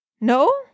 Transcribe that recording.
No